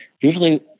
usually